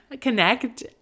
connect